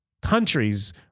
countries